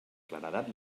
claredat